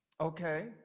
okay